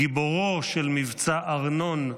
גיבורו של "מבצע ארנון",